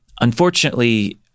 Unfortunately